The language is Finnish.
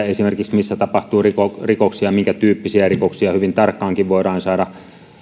esimerkiksi missä tapahtuu rikoksia rikoksia minkä tyyppisiä rikoksia hyvin tarkkaankin voidaan saada